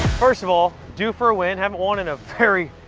first of all, due for a win haven't won in a very,